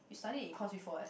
you study in econs before eh